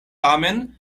tamen